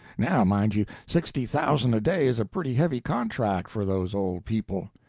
now mind you, sixty thousand a day is a pretty heavy contract for those old people.